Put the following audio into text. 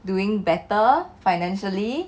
doing better financially